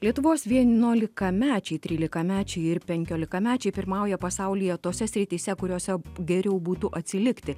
lietuvos vienuolikamečiai trylikamečiai ir penkiolikamečiai pirmauja pasaulyje tose srityse kuriose geriau būtų atsilikti